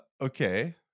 Okay